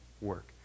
work